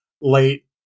late